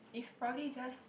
it's probably just